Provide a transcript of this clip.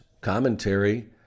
commentary